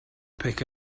pick